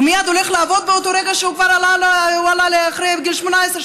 הוא מייד הולך לעבוד, ברגע שהוא אחרי גיל 18?